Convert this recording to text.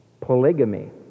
polygamy